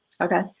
okay